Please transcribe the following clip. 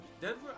Denver